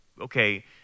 okay